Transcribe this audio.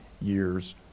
years